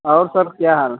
और सर क्या हाल